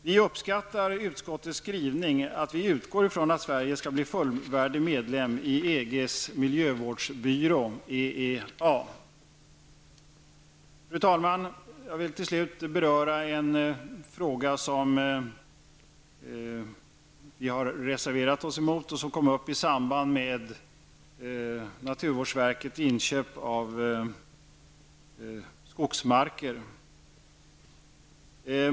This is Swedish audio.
Vi uppskattar utskottets skrivning, att vi utgår från att Sverige skall bli fullvärdig medlem i EGs miljövårdsbyrå Fru talman! Jag vill till slut beröra en fråga som vi har reserverat oss emot. Den kom upp i samband med naturvårdsverkets inköp av skogsmarker.